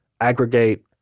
aggregate